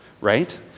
right